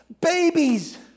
Babies